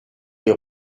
les